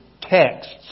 texts